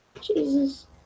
Jesus